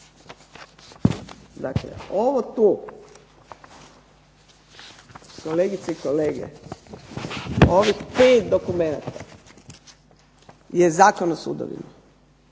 Dakle ovo tu, kolegice i kolege, ovih pet dokumenata je Zakon o sudovima